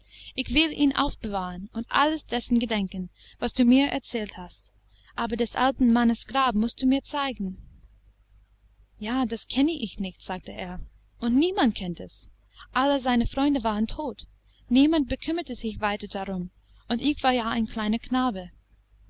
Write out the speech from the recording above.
ich will ihn aufbewahren und alles dessen gedenken was du mir erzählt hast aber des alten mannes grab mußt du mir zeigen ja das kenne ich nicht sagte er und niemand kennt es alle seine freunde waren tot niemand bekümmerte sich weiter darum und ich war ja ein kleiner knabe